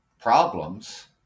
problems